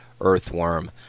earthworm